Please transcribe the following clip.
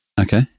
Okay